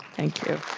thank you.